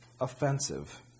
offensive